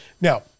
Now